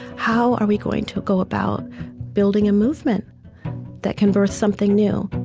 how are we going to go about building a movement that can birth something new?